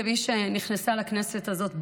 כמי שנכנסה לכנסת הזאת,